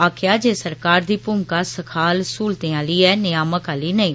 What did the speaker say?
आक्खेआ जे सरकार दी भूमिका सखाल सहूलतें आली ऐ नियामक आली नेंई